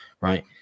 right